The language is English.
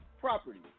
property